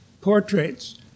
portraits